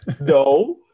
No